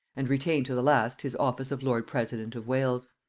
and retained to the last his office of lord-president of wales.